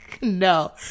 No